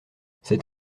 c’est